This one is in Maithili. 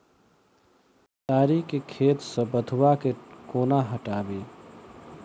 खेसारी केँ खेत सऽ बथुआ केँ कोना हटाबी